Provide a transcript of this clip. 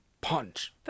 Punch